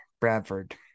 Bradford